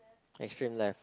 extreme left